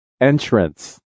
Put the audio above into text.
Entrance